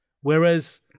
Whereas